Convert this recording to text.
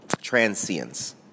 Transience